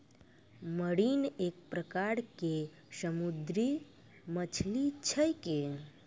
marine एक प्रकार के समुद्री मछली छेकै